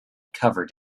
covered